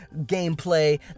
gameplay